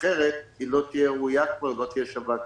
מאוחר לא תהיה ראויה כי היא כבר לא תהיה שווה כלום.